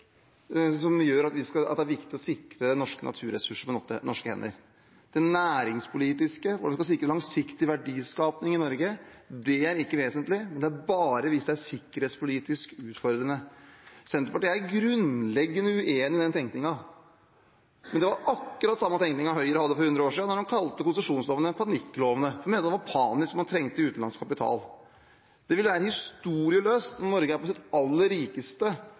at det er viktig å sikre norske naturressurser på norske hender. Det næringspolitiske, hvordan man skal sikre langsiktig verdiskaping i Norge, er ikke vesentlig, det er bare hvis det er sikkerhetspolitisk utfordrende. Senterpartiet er grunnleggende uenig i den tenkningen. Men det var akkurat samme tenkning Høyre hadde for hundre år siden da man kalte konsesjonslovene for panikklovene. De mente det var panisk, og at man trengte utenlandsk kapital. Det ville være historieløst når Norge er på sitt aller rikeste,